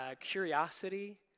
curiosity